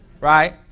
right